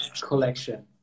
collection